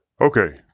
Okay